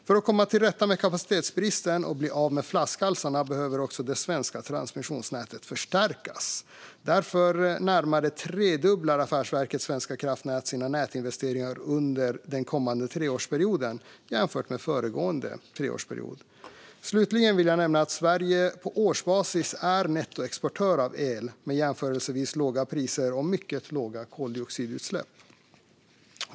För att komma till rätta med kapacitetsbristen och bli av med flaskhalsarna behöver också det svenska transmissionsnätet förstärkas. Därför närmare tredubblar Affärsverket svenska kraftnät sina nätinvesteringar under den kommande treårsperioden jämfört med föregående treårsperiod. Slutligen vill jag nämna att Sverige på årsbasis är nettoexportör av el med jämförelsevis låga priser och mycket låga koldioxidutsläpp.